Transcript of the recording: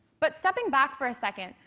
but stepping back for a second,